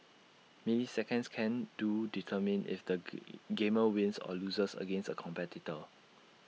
milliseconds can do determine if the gamer wins or loses against A competitor